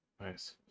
Nice